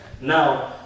Now